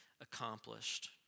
accomplished